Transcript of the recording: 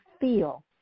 feel